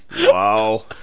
Wow